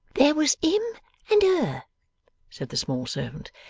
there was him and her said the small servant,